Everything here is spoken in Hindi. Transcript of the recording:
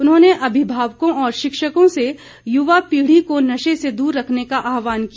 उन्होंने अभिभावकों और शिक्षकों से युवा पीढ़ी को नशे से दूर रखने का आहवान किया